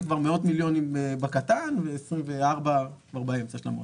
ב-23' זה כבר מאות מיליונים בקטן ו-24' זה כבר באמצע של המודל.